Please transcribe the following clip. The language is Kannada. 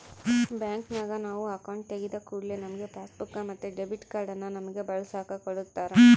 ಬ್ಯಾಂಕಿನಗ ನಾವು ಅಕೌಂಟು ತೆಗಿದ ಕೂಡ್ಲೆ ನಮ್ಗೆ ಪಾಸ್ಬುಕ್ ಮತ್ತೆ ಡೆಬಿಟ್ ಕಾರ್ಡನ್ನ ನಮ್ಮಗೆ ಬಳಸಕ ಕೊಡತ್ತಾರ